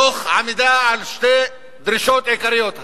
תוך עמידה על שתי דרישות עיקריות.